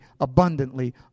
abundantly